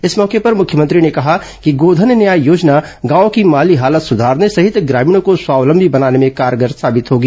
इस मौके पर मुख्यमंत्री ने कहा कि गोधन न्याय योजना गांवों की माली हालत सुधारने सहित ग्रामीणों को स्वावलंबी बनाने में कारगर साबित होगी